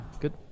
good